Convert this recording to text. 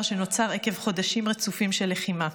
שנוצר עקב חודשים רצופים של לחימה.